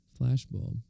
flashbulb